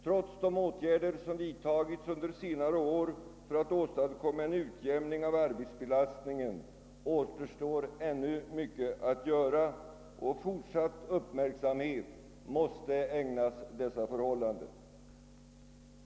Trots de åtgärder som vidtagits under senare år för att åstadkomma en utjämning av arbetsbelastningen återstår ännu mycket att göra, och fortsatt uppmärksamhet måste ägnas dessa förhållanden.